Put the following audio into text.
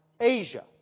Asia